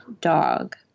Dog